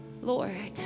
Lord